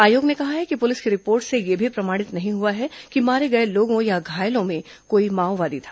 आयोग ने कहा है कि पुलिस की रिपोर्ट से यह भी प्रमाणित नहीं हुआ है कि मारे गए लोगों या घायलों में कोई माओवादी था